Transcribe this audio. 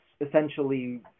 essentially